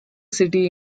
city